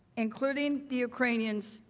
including the ukrainians,